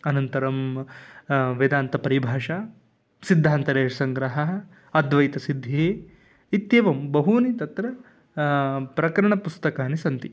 अनन्तरं वेदान्तपरिभाषा सिद्धान्तलेशसङ्ग्रहः अद्वैतसिद्धिः इत्येवं बहूनि तत्र प्रकरणपुस्तकानि सन्ति